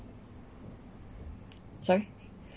sorry